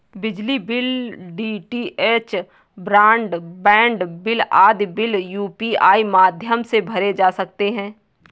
बिजली bill, DTH broadband bill आदि bill UPI माध्यम से भरे जा सकते हैं